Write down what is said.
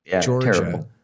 Georgia